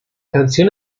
canción